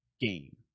game